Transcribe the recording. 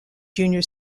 junior